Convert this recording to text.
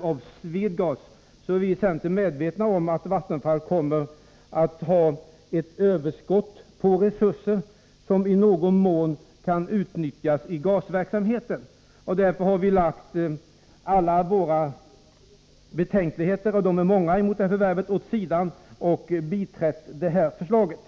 av Swedegas vill jag säga att vi i centern är medvetna om att Vattenfall kommer att ha en överskott på resurser, som i något mån kan utnyttjas i gasverksamheten. Därför har vi lagt alla våra betänkligheter mot förvärvet — och de är många — åt sidan och biträtt förslaget.